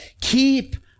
keep